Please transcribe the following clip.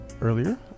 earlier